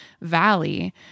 valley